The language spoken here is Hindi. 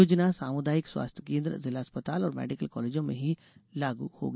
योजना सामुदार्यिक स्वास्थ्य केन्द्र जिला अस्पताल और मेडिकल कॉलेजो में ही लागू होगी